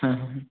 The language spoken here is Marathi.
हां हां हां